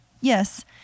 yes